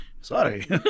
Sorry